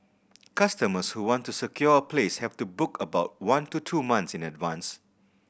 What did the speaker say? customers who want to secure a place have to book about one to two months in advance